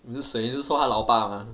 你是谁你是说他老爸吗